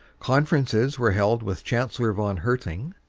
conferences were held with chancellor von herding,